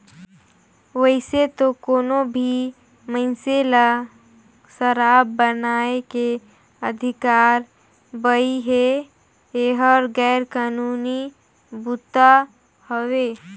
वइसे तो कोनो भी मइनसे ल सराब बनाए के अधिकार बइ हे, एहर गैर कानूनी बूता हवे